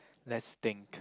let's think